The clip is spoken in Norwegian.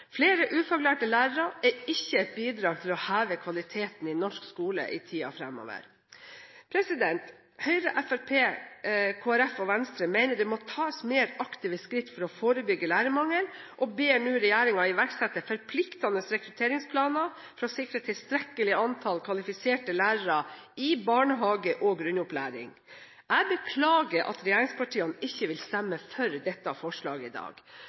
Flere ufaglærte lærere er ikke et bidrag til å heve kvaliteten i norsk skole i tiden fremover. Høyre, Fremskrittspartiet, Kristelig Folkeparti og Venstre mener det må tas mer aktive skritt for å forebygge lærermangel og ber nå regjeringen iverksette forpliktende rekrutteringsplaner for å sikre tilstrekkelig antall kvalifiserte lærere i barnehage- og grunnopplæring. Jeg beklager at regjeringspartiene ikke vil stemme for dette forslaget i dag.